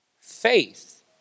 faith